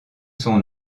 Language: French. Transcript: son